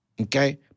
okay